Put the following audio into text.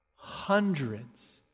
Hundreds